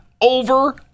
over